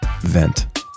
vent